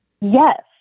Yes